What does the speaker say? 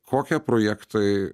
kokia projektai